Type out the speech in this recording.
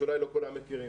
שאולי לא כולם מכירים,